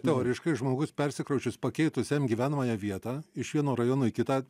teoriškai žmogus persikrausčius pakeitus jam gyvenamąją vietą iš vieno rajono į kitą